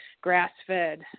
grass-fed